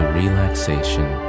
relaxation